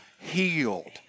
healed